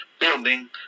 building